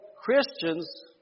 Christians